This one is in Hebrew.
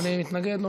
אדוני מתנגד?